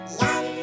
yum